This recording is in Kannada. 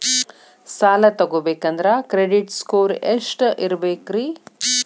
ಸಾಲ ತಗೋಬೇಕಂದ್ರ ಕ್ರೆಡಿಟ್ ಸ್ಕೋರ್ ಎಷ್ಟ ಇರಬೇಕ್ರಿ?